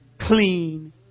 clean